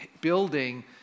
building